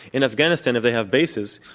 in afghanistan, if they have bases,